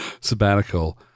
sabbatical